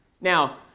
Now